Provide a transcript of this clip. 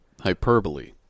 Hyperbole